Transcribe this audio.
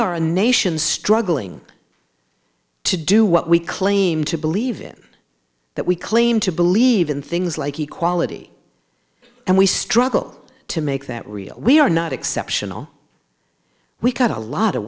are a nation struggling to do what we claim to believe in that we claim to believe in things like equality and we struggle to make that real we are not exceptional we've got a lot